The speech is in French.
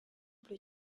plus